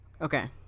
Okay